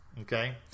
okay